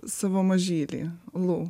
savo mažylį lū